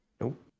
Nope